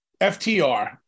FTR